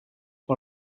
par